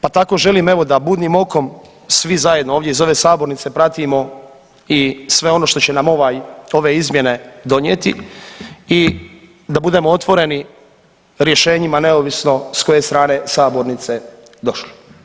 Pa tako želim evo da budnim okom svi zajedno ovdje iz ove sabornice pratimo i sve ono što će nam ove izmjene donijeti i da budemo otvoreni rješenjima neovisno sa koje strane sabornice došli.